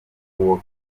uwo